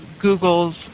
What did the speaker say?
Google's